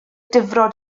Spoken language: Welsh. difrod